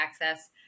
access